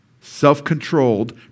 self-controlled